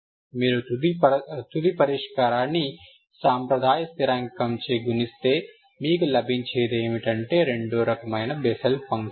మీరు తుది పరిష్కారాన్ని సంప్రదాయ స్థిరాంకం చే గుణిస్తే మీకు లభించేది ఏమిటంటే రెండో రకమైన బెస్సెల్ ఫంక్షన్